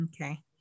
Okay